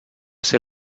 ser